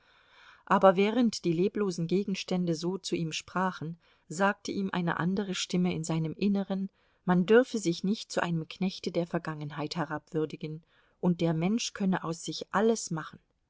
aber während die leblosen gegenstände so zu ihm sprachen sagte ihm eine andere stimme in seinem inneren man dürfe sich nicht zu einem knechte der vergangenheit herabwürdigen und der mensch könne aus sich alles machen